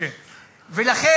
לכן,